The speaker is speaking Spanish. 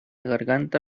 garganta